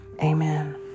Amen